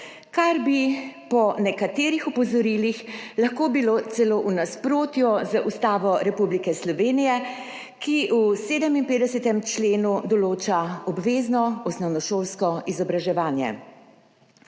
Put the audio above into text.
kar bi po nekaterih opozorilih lahko bilo celo v nasprotju z Ustavo Republike Slovenije, ki v 57. členu določa obvezno osnovnošolsko izobraževanje.